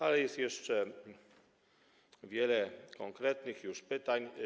Ale jest jeszcze wiele konkretnych pytań.